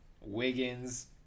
Wiggins